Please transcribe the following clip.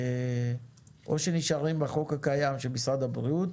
או שנשארים בחוק הקיים כשמשרד הבריאות